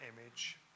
image